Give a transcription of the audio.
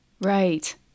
Right